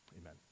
amen